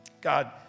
God